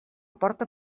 porta